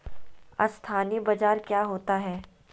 अस्थानी बाजार क्या होता है?